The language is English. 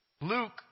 Luke